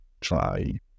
try